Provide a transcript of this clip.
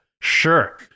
Sure